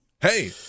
Hey